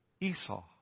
Esau